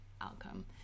outcome